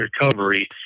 Recovery